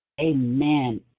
Amen